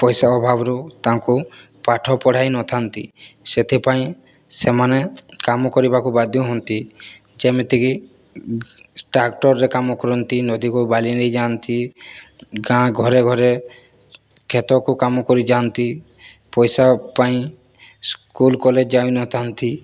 ପଇସା ଅଭାବରୁ ତାଙ୍କୁ ପାଠ ପଢ଼ାଇନଥାନ୍ତି ସେଥିପାଇଁ ସେମାନେ କାମ କରିବାକୁ ବାଧ୍ୟ ହୁଅନ୍ତି ଯେମିତିକି ଟ୍ରାକ୍ଟରରେ କାମ କରନ୍ତି ନଦୀକୁ ବାଲି ନେଇ ଯାଆନ୍ତି ଗାଁ ଘରେ ଘରେ କ୍ଷେତକୁ କାମ କରିଯାଆନ୍ତି ପଇସା ପାଇଁ ସ୍କୁଲ୍ କଲେଜ ଯାଇନଥାନ୍ତି